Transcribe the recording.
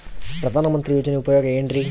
ಪ್ರಧಾನಮಂತ್ರಿ ಯೋಜನೆ ಉಪಯೋಗ ಏನ್ರೀ?